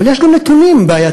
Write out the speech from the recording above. אבל יש גם נתונים בעייתיים,